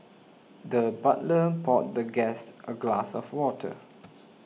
the butler poured the guest a glass of water